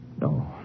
No